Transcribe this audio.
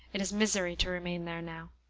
it is misery to remain there now.